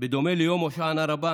בדומה ליום הושענא רבה,